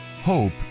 Hope